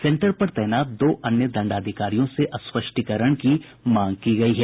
centre पर तैनात दो अन्य दंडाधिकारियों से स्पष्टीकरण की मांग की गयी है